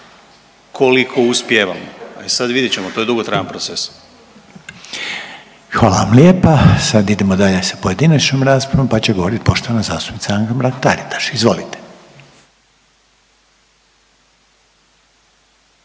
koliko uspijevamo, ali sada vidjet ćemo to je dugotrajan proces. **Reiner, Željko (HDZ)** Hvala vam lijepa. Sad idemo dalje sa pojedinačnom raspravom pa će govoriti poštovana zastupnica Anka Mrak Taritaš. Izvolite.